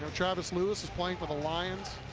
ah travis moon is is playing for the lions.